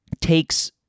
takes